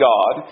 God